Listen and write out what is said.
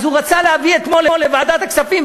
אז הוא רצה להביא אתמול בוועדת הכספים,